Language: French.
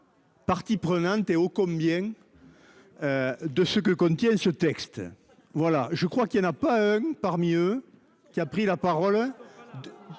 Partie prenante et oh combien. De ce que contient ce texte. Voilà je crois qu'il y en a pas. Parmi eux, qui a pris la parole